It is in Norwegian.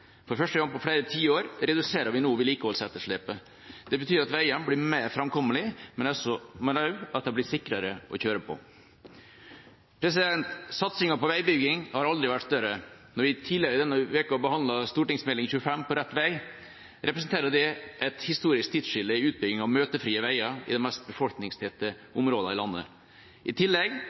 For første gang på flere tiår reduserer vi nå vedlikeholdsetterslepet. Det betyr at veiene blir mer framkommelige, men også at de blir sikrere å kjøre på. Satsinga på veibygging har aldri vært større. Når vi i tillegg denne uka behandlet Meld. St. 25 for 2014–2015, På rett vei, representerer det et historisk tidsskille i utbygginga av møtefrie veier i de mest befolkningstette områdene i landet. I tillegg